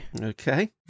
Okay